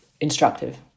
instructive